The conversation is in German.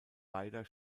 beider